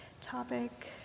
topic